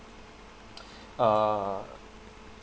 err